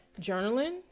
journaling